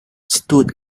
stood